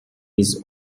his